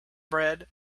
bread